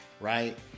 right